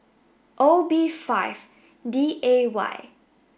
O B five D A Y